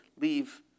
leave